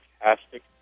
fantastic